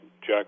Jack